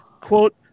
quote